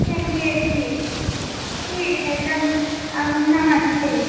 चलिए ठीक है ठीक है तब अब नमस्ते